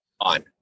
on